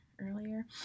earlier